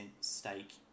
stake